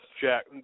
Jack